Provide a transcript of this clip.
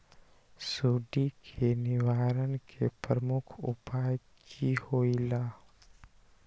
सुडी के निवारण के प्रमुख उपाय कि होइला?